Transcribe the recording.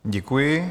Děkuji.